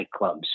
nightclubs